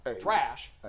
trash